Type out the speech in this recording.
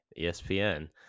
espn